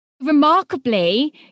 Remarkably